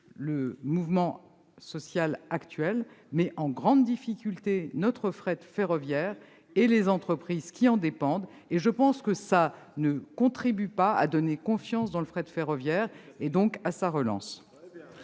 le mouvement social actuel met en grande difficulté notre fret ferroviaire et les entreprises qui en dépendent. Tout à fait ! Je pense que la situation actuelle ne contribue pas à donner confiance dans le fret ferroviaire, et donc dans sa relance.